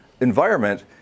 environment